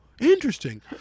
interesting